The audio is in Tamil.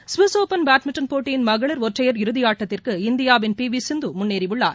ஸ்விஸ் ஒபன் பேட்மிண்டன் போட்டியின் மகளிர் ஒற்றையர் இறுதியாட்டத்திற்கு இந்தியாவின் பி வி சிந்து முன்னேறியுள்ளார்